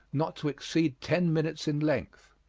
not to exceed ten minutes in length.